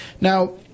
Now